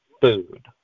food